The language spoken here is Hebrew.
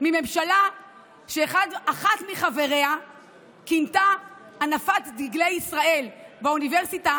מממשלה שאחת מחבריה כינתה הנפת דגלי ישראל באוניברסיטה